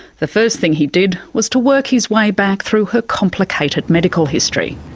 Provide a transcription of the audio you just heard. the first thing he did was to work his way back through her complicated medical history.